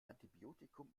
antibiotikum